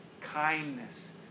kindness